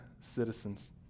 citizens